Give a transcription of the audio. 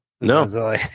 No